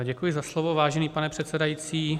Děkuji za slovo, vážený pane předsedající.